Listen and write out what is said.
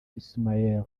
ismael